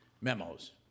memos